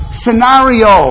scenario